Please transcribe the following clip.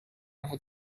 had